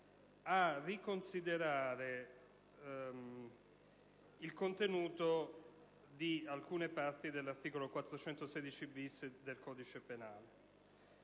a riconsiderare il contenuto di alcune parti dell'articolo 416-*bis* del codice penale